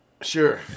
Sure